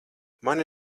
mani